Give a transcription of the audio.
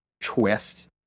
twist